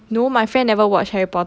no my friend never watch harry porter